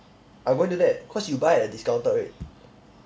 I going to do that cause you buy a discounted rate